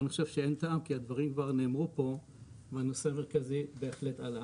אבל אני חושב שאין טעם כי הדברים כבר נאמרו פה והנושא המרכזי בהחלט עלה.